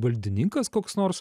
valdininkas koks nors